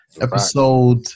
episode